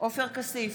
עופר כסיף,